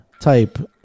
type